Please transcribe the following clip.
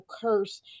curse